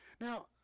Now